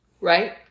Right